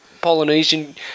Polynesian